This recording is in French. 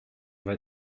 vas